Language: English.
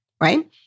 right